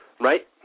right